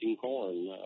corn